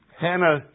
Hannah